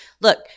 look